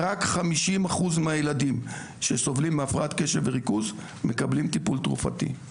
רק 50 אחוז מהילדים שסובלים מהפרעת קשב וריכוז מקבלים טיפול תרופתי.